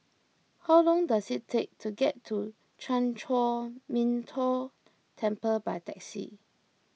how long does it take to get to Chan Chor Min Tong Temple by taxi